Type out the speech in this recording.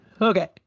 Okay